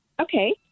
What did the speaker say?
Okay